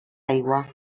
aigua